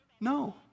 no